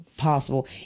possible